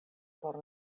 por